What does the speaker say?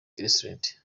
restaurant